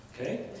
Okay